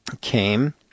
came